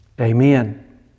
Amen